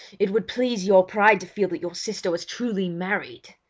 it would please your pride to feel that your sister was truly married!